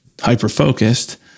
hyper-focused